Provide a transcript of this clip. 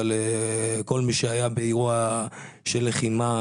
אבל כל מי שהיה באירוע של לחימה,